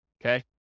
okay